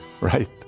Right